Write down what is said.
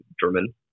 German